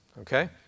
Okay